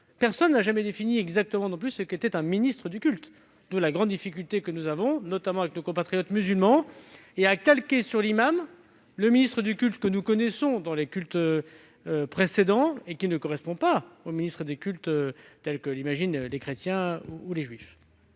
personne n'a jamais non plus défini exactement ce qu'était un ministre du culte ; d'où la grande difficulté que nous avons avec nos compatriotes musulmans, car nous calquons sur l'imam la notion de ministre du culte que nous connaissons, celle des cultes précédents, alors que l'imam ne correspond pas au ministre des cultes tel que l'imaginent les chrétiens ou les juifs.